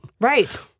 Right